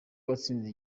watsinze